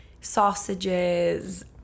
sausages